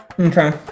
Okay